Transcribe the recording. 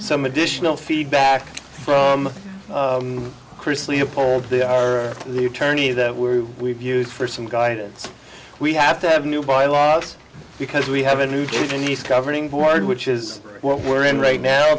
some additional feedback from chris leopold they are the attorneys that we're we've used for some guidance we have to have new bylaws because we have a new cave in the sky running board which is what we're in right now